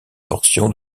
portion